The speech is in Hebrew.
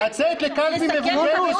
לצאת לקלפי מבודדת